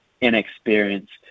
inexperienced